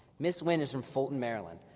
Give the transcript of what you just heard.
ms. wynne is from fulton, maryland,